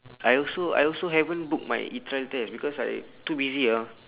I also I also haven't book my e-trial test because I too busy uh